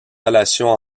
relations